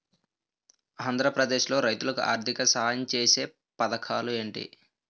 ఆంధ్రప్రదేశ్ లో రైతులు కి ఆర్థిక సాయం ఛేసే పథకాలు ఏంటి?